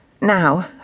Now